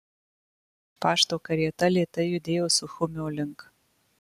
pašto karieta lėtai judėjo suchumio link